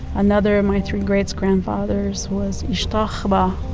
another of my three-greats grandfathers was ishtakhaba,